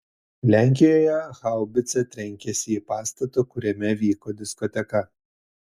lenkijoje haubica trenkėsi į pastatą kuriame vyko diskoteka